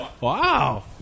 Wow